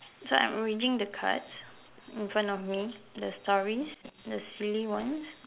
so I'm arranging the cards in front of me the stories the silly ones